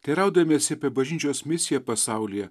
teiraudamiesi apie bažnyčios misiją pasaulyje